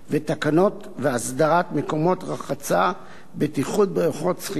ותקנות הסדרת מקומות רחצה (בטיחות בבריכות שחייה),